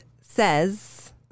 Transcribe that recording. says